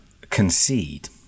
concede